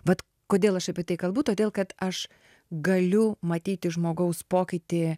vat kodėl aš apie tai kalbu todėl kad aš galiu matyti žmogaus pokytį